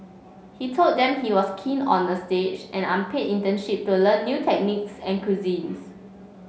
he told them he was keen on a stage an unpaid internship to learn new techniques and cuisines